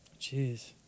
Jeez